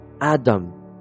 Adam